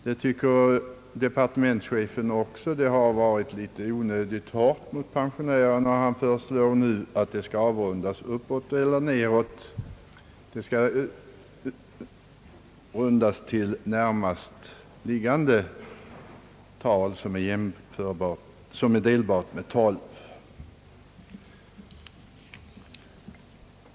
Det tycker också departementschefen har varit onödigt hård mot pensionärerna. Han föreslår nu att beloppet skall avrundas uppåt eller nedåt till närmast liggande krontal som är jämnt delbart med 12.